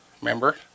Remember